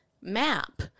map